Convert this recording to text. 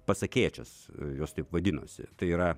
pasakėčias jos taip vadinosi tai yra